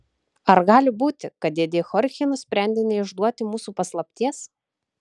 ar gali būti kad dėdė chorchė nusprendė neišduoti mūsų paslapties